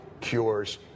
cures